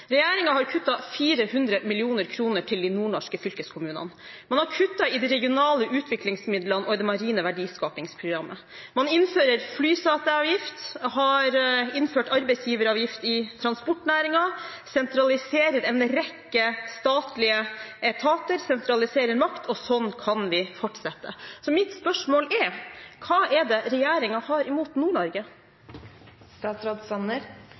har kuttet 400 mill. kr til de nordnorske fylkeskommunene, man har kuttet i de regionale utviklingsmidlene og i det marine verdiskapingsprogrammet. Man innfører flyseteavgift, har innført arbeidsgiveravgift i transportnæringen, man sentraliserer en rekke statlige etater, sentraliserer makt – og sånn kan vi fortsette. Så mitt spørsmål er: Hva er det regjeringen har imot